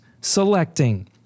selecting